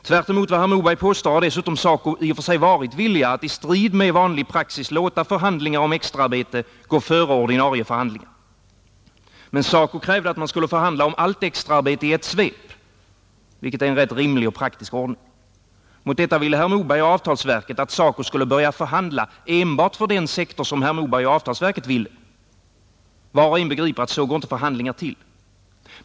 Tvärtemot vad herr Moberg påstår har dessutom SACO i och för sig varit villiga att i strid med vanlig praxis låta förhandlingar om extraarbete gå före ordinarie förhandlingar. Men SACO krävde att man skulle förhandla om allt extraarbete i ett svep — vilket är en rätt rimlig och praktisk ordning. Mot detta ställde herr Moberg och avtalsverket önskemålet att SACO skulle börja förhandla enbart för den sektor som herr Moberg och avtalsverket avsåg. Var och en begriper, att så går inte förhandlingar till.